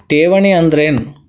ಠೇವಣಿ ಅಂದ್ರೇನು?